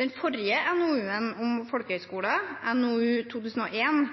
Den forrige NOU-en om folkehøgskoler, NOU 2001: 16,